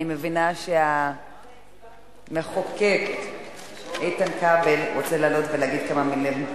אני מבינה שהמחוקק איתן כבל רוצה לעלות ולהגיד כמה מלים,